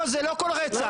לא, זה לא כל רצח.